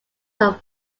from